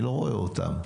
לא רואה אותם.